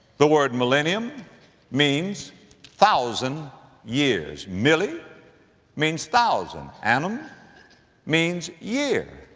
the word millennium means thousand years. mille ah means thousand, anum means year.